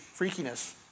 freakiness